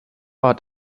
ort